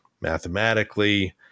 mathematically